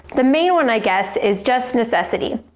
the main one i guess is just necessity.